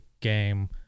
game